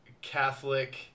Catholic